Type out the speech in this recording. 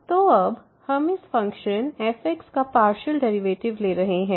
तो अब हम इस फंक्शन fx का पार्शियल डेरिवेटिव्स ले रहे हैं